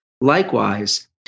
Likewise